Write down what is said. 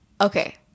Okay